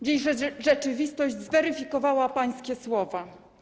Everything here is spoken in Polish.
Dziś rzeczywistość zweryfikowała pańskie słowa.